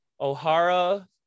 O'Hara